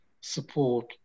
support